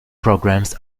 programs